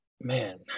Man